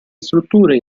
strutture